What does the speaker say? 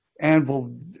Anvil